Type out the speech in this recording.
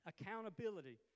Accountability